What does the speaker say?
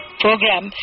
program